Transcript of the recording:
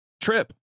trip